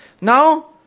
Now